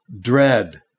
Dread